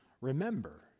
remember